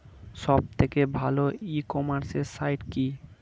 সব থেকে ভালো ই কমার্সে সাইট কী?